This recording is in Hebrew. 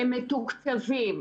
הם מתוקצבים.